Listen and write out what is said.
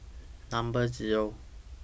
Number Zero